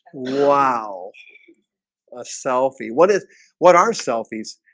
wow a selfie, what is what are selfies?